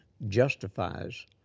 justifies